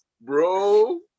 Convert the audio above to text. Bro